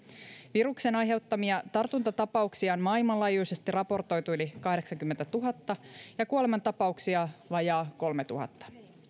viruksen aiheuttamia tartuntatapauksia on maailmanlaajuisesti raportoitu yli kahdeksankymmentätuhatta ja kuolemantapauksia vajaa kolmastuhannes